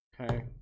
okay